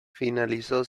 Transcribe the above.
finalizó